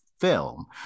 film